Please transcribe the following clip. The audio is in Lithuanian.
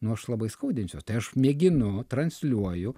nu aš labai skaudinsiuos tai aš mėginu transliuoju